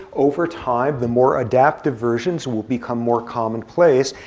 over time, the more adaptive versions will become more commonplace.